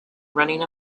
running